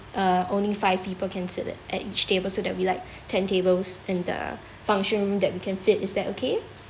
uh only five people can sit at each table so that'll be like ten tables in the function room that we can fit is that okay